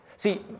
See